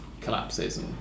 collapses